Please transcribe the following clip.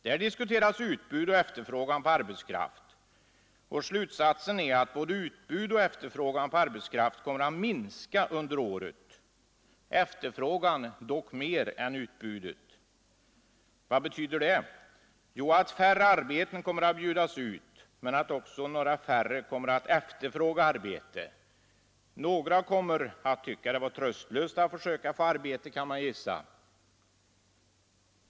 Där diskuteras utbud och efterfrågan på arbetskraft, och slutsatsen är att både utbud och efterfrågan kommer att minska under året — efterfrågan dock mer än utbudet. Vad betyder det? Jo, att färre arbeten kommer att bjudas ut men att också något färre kommer att efterfråga arbete — några kommer att tycka det vara tröstlöst att försöka få arbete, kan man gissa.